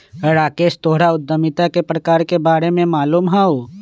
राकेश तोहरा उधमिता के प्रकार के बारे में मालूम हउ